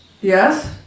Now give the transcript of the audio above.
Yes